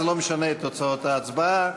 זה לא משנה את תוצאות ההצבעה,